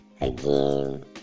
again